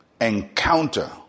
encounter